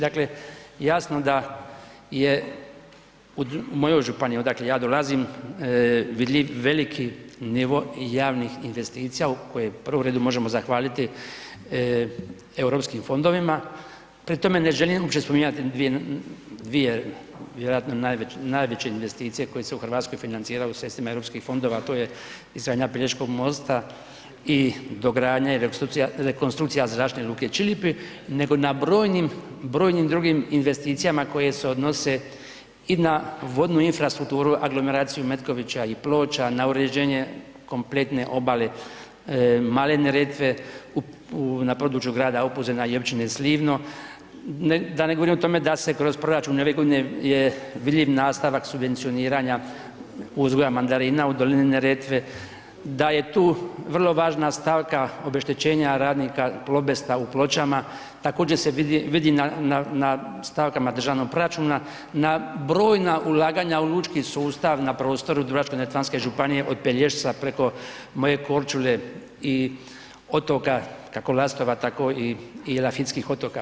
Dakle, jasno da je u mojoj županiji odakle ja dolazim vidljiv veliki nivo javnih investicija u koje, u prvom redu možemo zahvaliti europskim fondovima, pri tome ne želim uopće spominjati dvije vjerojatno najveće investicije koje se u Hrvatskoj financiralo sredstvima europskih fondova, a to je izgradnja Pelješkog mosta i dogradnja i rekonstrukcija Zračne luke Čilipi, nego na brojnim, brojnim drugim investicijama koja se odnose i na vodu infrastrukturu aglomeraciju Metkovića i Ploča, na uređenje kompletne obale male Neretve na području grada Opuzena i općine Slivno, da ne govorim o tome da se kroz proračun ove godine je vidljiv nastavak subvencioniranja uzgoja mandarina u dolini Neretve, da je tu vrlo važna stavka obeštećenje radnika Plobesta u Pločama, također se vidi na stavkama državnog proračuna na brojna ulaganja u lučki sustav na prostoru Dubrovačko-neretvanske županije od Pelješca preko moje Korčule i otoka kako Lastova tako i elafitskih otoka.